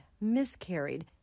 miscarried